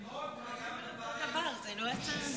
בבקשה.